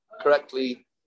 correctly